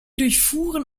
durchfuhren